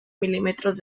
milímetros